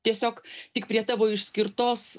tiesiog tik prie tavo išskirtos